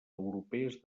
europees